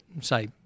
say